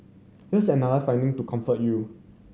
here's another finding to comfort you